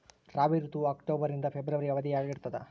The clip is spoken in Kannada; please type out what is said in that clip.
ರಾಬಿ ಋತುವು ಅಕ್ಟೋಬರ್ ನಿಂದ ಫೆಬ್ರವರಿ ಅವಧಿಯಾಗ ಇರ್ತದ